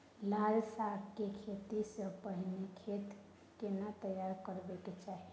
लाल साग के खेती स पहिले खेत केना तैयार करबा के चाही?